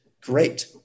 great